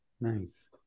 nice